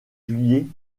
juillet